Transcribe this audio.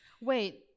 Wait